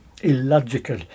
illogical